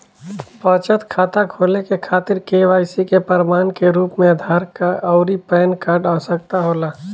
बचत खाता खोले के खातिर केवाइसी के प्रमाण के रूप में आधार आउर पैन कार्ड के आवश्यकता होला